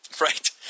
Right